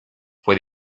fue